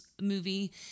movie